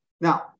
Now